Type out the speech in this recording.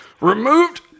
removed